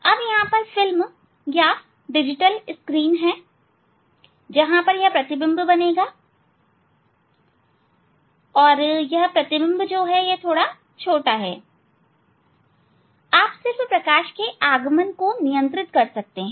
अब यहां फिल्म या डिजिटल स्क्रीन है जहां यह प्रतिबिंब बनेगा और यह थोड़ा छोटा है आप सिर्फ प्रकाश के आगमन को नियंत्रित कर सकते हैं